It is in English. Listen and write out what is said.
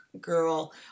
girl